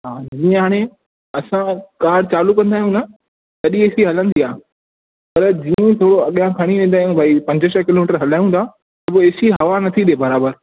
हा जीअं हाणे असां कार चालू कंदा आहियूं न तॾहिं ए सी हलंदी आहे पर जीअं थोरो अॻियां खणी वेंदा आहियूं भाई पंज छ्ह किलोमीटर हलायूं था त पोइ ए सी हवा न थी ॾे बराबरि